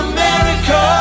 America